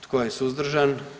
Tko je suzdržan?